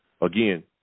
Again